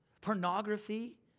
pornography